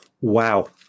Wow